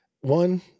One